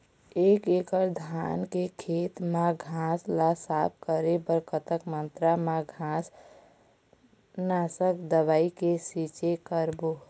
एक एकड़ धान के खेत मा घास ला साफ करे बर कतक मात्रा मा घास नासक दवई के छींचे करबो?